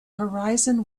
horizon